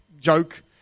joke